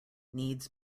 needs